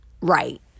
Right